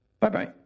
Bye-bye